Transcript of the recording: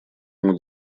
ему